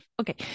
okay